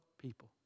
people